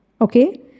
Okay